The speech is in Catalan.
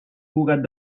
cugat